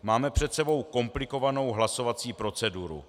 Máme před sebou komplikovanou hlasovací proceduru.